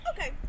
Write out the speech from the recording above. Okay